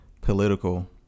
political